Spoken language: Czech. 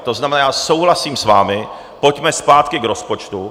To znamená, souhlasím s vámi, pojďme zpátky k rozpočtu.